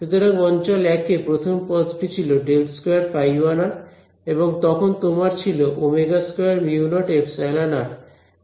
সুতরাং অঞ্চল 1 এ প্রথম পদটি ছিল ∇2ϕ1 এবং তখন তোমার ছিল ω2μ0ε